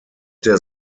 der